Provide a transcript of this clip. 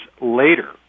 later